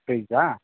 ಫ್ರಿಜ್ಜಾ